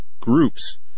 groups